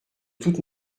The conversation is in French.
toute